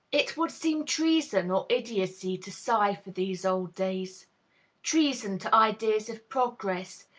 it would seem treason or idiocy to sigh for these old days treason to ideas of progress,